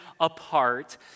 apart